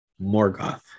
Morgoth